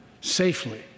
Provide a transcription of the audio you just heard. safely